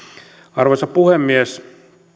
arvoisa puhemies